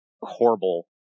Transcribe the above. horrible